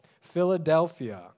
philadelphia